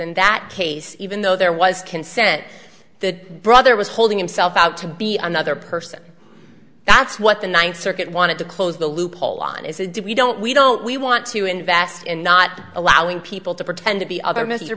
in that case even though there was consent the brother was holding himself out to be another person that's what the ninth circuit wanted to close the loophole on is they did we don't we don't we want to invest in not allowing people to pretend to be other mr